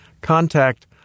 Contact